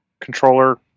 controller